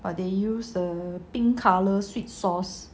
but they use a pink colour sweet sauce